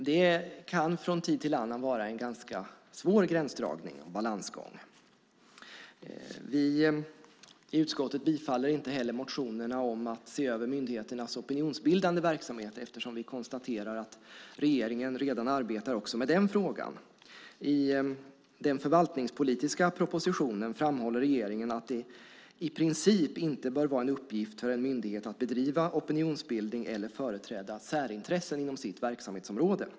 Det kan vara en ganska svår gränsdragning och balansgång. Vi i utskottet tillstyrker inte heller motionerna om att se över myndigheternas opinionsbildande verksamhet eftersom vi konstaterar att regeringen redan arbetar också med den frågan. I den förvaltningspolitiska propositionen framhåller regeringen att det i princip inte bör vara en uppgift för en myndighet att bedriva opinionsbildning eller företräda särintressen inom sitt verksamhetsområde.